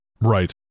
Right